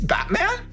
Batman